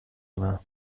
war